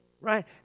Right